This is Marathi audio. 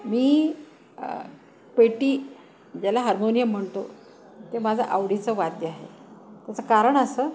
मी पेटी ज्याला हार्मोनियम म्हणतो ते माझं आवडीचं वाद्य आहे त्याचं कारण असं